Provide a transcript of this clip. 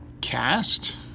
Cast